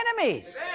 enemies